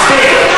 מספיק.